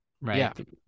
right